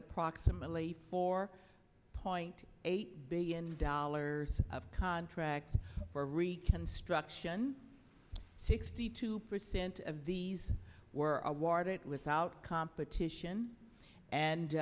approximately four point eight billion dollars of contracts for reconstruction sixty two percent of these were awarded without competition